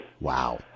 Wow